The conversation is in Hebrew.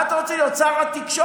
מה אתה רוצה להיות שר התקשורת,